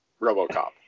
Robocop